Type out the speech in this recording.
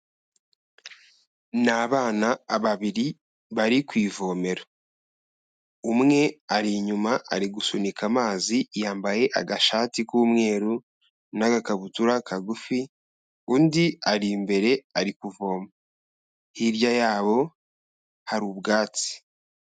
Ni abana babiri bari ku ivomero. Umwe ari inyuma ari gusunika amazi yambaye agashati k'umweru n'agakabutura kagufi, undi ari imbere ari kuvoma. Hirya yabo hari ubwatsi.